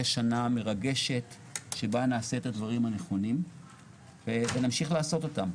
שנה מרגשת שבה נעשה את הדברים הנכונים ונמשיך לעשות אותם.